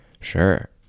Sure